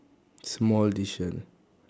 small decision